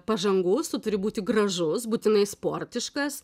pažangus tu turi būti gražus būtinai sportiškas